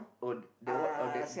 oh that what or that